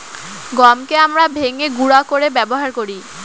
গমকে আমরা ভেঙে গুঁড়া করে ব্যবহার করি